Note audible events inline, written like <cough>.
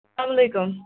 <unintelligible> علیکُم